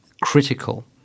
critical